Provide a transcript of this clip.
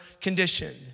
condition